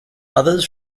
others